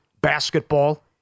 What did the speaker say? basketball